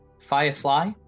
Firefly